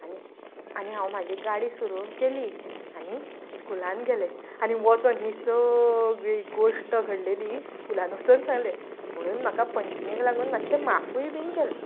आनी आनी हांव म्हजी गाडी सुरू केली आनी स्कुलान गेलें आनी वचून ही सगळी गोश्ट घडलेली स्कुलान वचून सांगलें म्हणून म्हाका पंचिंगेक लागून मातशें माफूय बीन केलें